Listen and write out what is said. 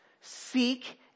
Seek